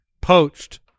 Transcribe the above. poached